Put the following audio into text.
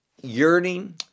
yearning